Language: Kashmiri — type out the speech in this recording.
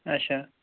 اَچھا